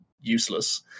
useless